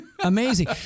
amazing